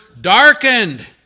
darkened